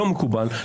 לא מקובל.